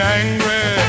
angry